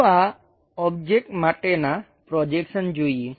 ચાલો આ ઓબ્જેક્ટ માટેના પ્રોજેક્શન જોઈએ